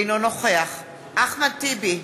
אינו נוכח אחמד טיבי,